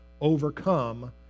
overcome